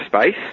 space